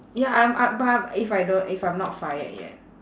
ya I'm I but I'm if I don't if I'm not fired yet